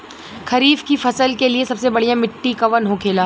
खरीफ की फसल के लिए सबसे बढ़ियां मिट्टी कवन होखेला?